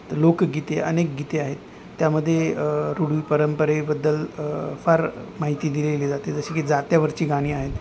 लोकगीते अनेक गीते आहेत त्यामध्ये रूढी परंपरेबद्दल फार माहिती दिलेली जाते जसे की जात्यावरची गाणी आहेत